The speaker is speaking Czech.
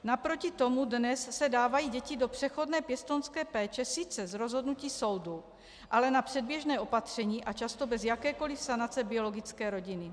Naproti tomu dnes se dávají děti do přechodné pěstounské péče sice z rozhodnutí soudu, ale na předběžné opatření a často bez jakékoli sanace biologické rodiny.